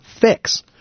fix